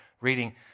reading